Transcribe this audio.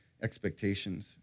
expectations